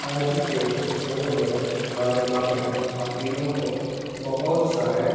آج کے اس دور میں ہمارے ماں بہن خواتین کو بہت سارے